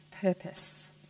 purpose